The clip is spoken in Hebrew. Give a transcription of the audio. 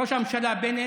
ראש הממשלה בנט,